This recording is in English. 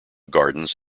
gardens